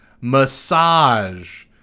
massage